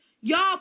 y'all